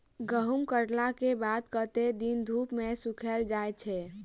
गहूम कटला केँ बाद कत्ते दिन धूप मे सूखैल जाय छै?